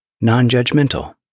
non-judgmental